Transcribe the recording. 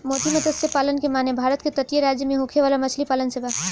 मोती मतस्य पालन के माने भारत के तटीय राज्य में होखे वाला मछली पालन से बा